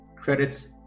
credits